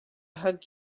hug